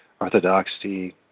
Orthodoxy